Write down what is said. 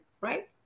right